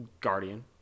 Guardian